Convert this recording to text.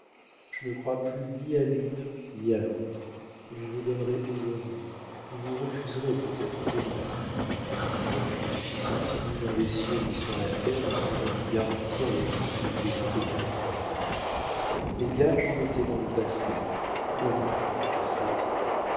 je ne crois plus ni à l'une ni à l'autre vous vous donnerez aujourd'hui vous vous refuserez peut-être demain aucune puissance ni dans les cieux ni sur la terre ne saurait me garantir la douce fidélité de votre amour les gages en étaient dans le passé nous n'avons plus de